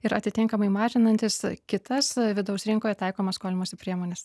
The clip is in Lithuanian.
ir atitinkamai mažinantis kitas vidaus rinkoje taikomas skolinosi priemones